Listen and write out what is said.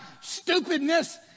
stupidness